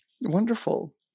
Wonderful